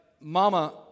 mama